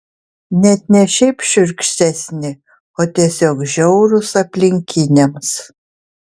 net ne šiaip šiurkštesni o tiesiog žiaurūs aplinkiniams